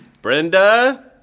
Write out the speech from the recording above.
Brenda